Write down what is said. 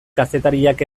kazetariak